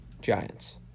Giants